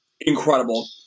incredible